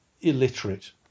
illiterate